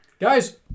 Guys